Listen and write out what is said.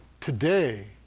today